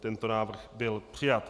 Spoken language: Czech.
Tento návrh byl přijat.